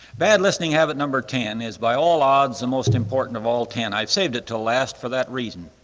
bad listening habit number ten is by all odds the most important of all ten. i've saved it to last for that reason.